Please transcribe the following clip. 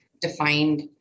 defined